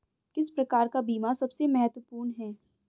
किस प्रकार का बीमा सबसे महत्वपूर्ण है?